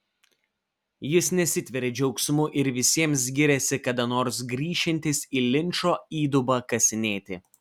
jis nesitveria džiaugsmu ir visiems giriasi kada nors grįšiantis į linčo įdubą kasinėti